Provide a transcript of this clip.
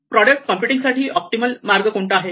product computing साठी optimal मार्ग कोणता आहे